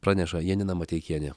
praneša janina mateikienė